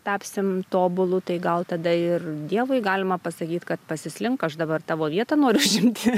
tapsim tobulu tai gal tada ir dievui galima pasakyt kad pasislink aš dabar tavo vietą noriu užimti